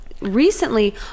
recently